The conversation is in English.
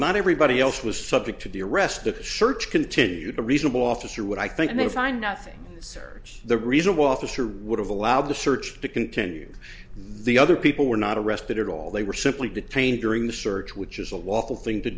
not everybody else was subject to the arrest the shirts continued a reasonable officer would i think they find nothing serves the reason why officer would have allowed the search to continue the other people were not arrested at all they were simply detained during the search which is a lawful thing to